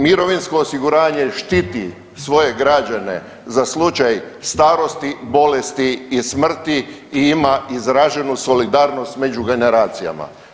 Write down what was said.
Mirovinsko osiguranje štiti svoje građane za slučaj starosti, bolesti i smrti i ima izraženu solidarnost među generacijama.